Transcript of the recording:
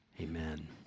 Amen